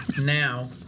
now